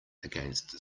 against